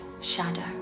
shadow